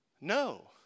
No